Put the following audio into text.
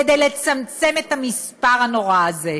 כדי לצמצם את המספר הנורא הזה.